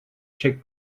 check